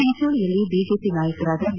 ಚಿಂಚೋಳಿಯಲ್ಲಿ BJP ನಾಯಕರಾದ B